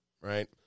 right